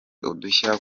udushya